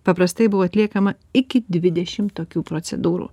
paprastai buvo atliekama iki dvidešim tokių procedūrų